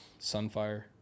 Sunfire